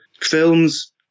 films